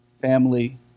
family